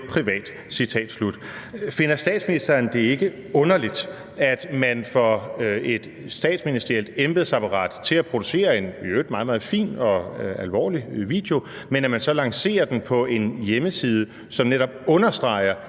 privat«. Citat slut. Finder statsministeren det ikke underligt, at man får et statsministerielt embedsapparat til at producere en i øvrigt meget, meget fin og alvorlig video, og at man så lancerer den på en hjemmeside, som netop understreger